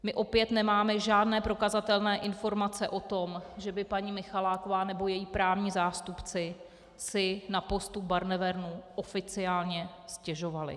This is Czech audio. My opět nemáme žádné prokazatelné informace o tom, že by paní Michaláková nebo její právní zástupci si na postup Barnevernu oficiálně stěžovali.